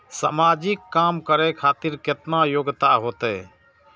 समाजिक काम करें खातिर केतना योग्यता होते?